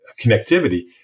connectivity